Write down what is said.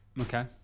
Okay